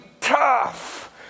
tough